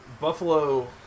Buffalo